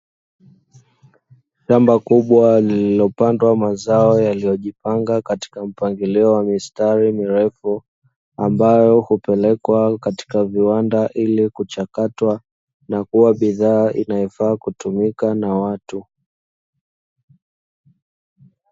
Shamba kubwa lililopandwa mazao yaliyojipanga katika mpangilio wa mistari mirefu, ambayo hupelekwa katika viwanda ili kuchakatwa na kuwa bidhaa inayofaa kutumika na watu.